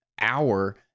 hour